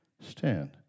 Stand